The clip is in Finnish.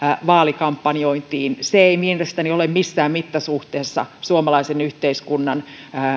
vaalikampanjointiin se ei mielestäni ole missään mittasuhteessa suomalaisen yhteiskunnan